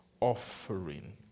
offering